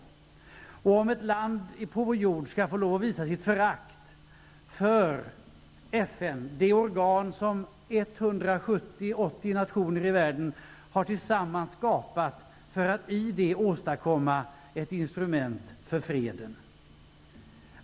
Det gäller om ett land på vår jord skall få visa sitt förakt för FN, det organ som 170--180 nationer i världen tillsammans har skapat för att i det åstadkomma ett instrument för freden.